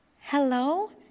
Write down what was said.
Hello